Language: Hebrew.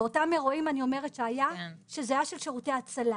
באותם אירועים שזה היה של שירותי ההצלה,